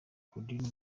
claudine